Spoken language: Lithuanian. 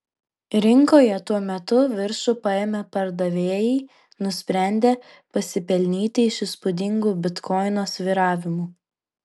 rinkoje tuo metu viršų paėmė pardavėjai nusprendę pasipelnyti iš įspūdingų bitkoino svyravimų